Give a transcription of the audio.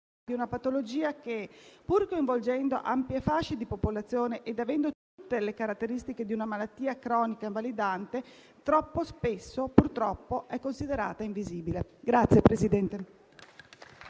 di una patologia che, pur coinvolgendo ampie fasce di popolazione ed avendo tutte le caratteristiche di una malattia cronica invalidante, troppo spesso, purtroppo, è considerata invisibile.